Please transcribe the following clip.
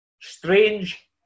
strange